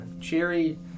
cheery